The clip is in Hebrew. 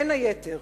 בין היתר,